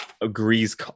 agrees